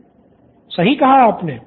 student 1 सही कहा आपने